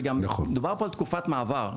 וגם מדובר פה על תקופת מעבר,